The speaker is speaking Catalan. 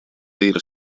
dir